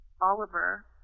Oliver